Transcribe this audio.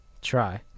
Try